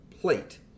plate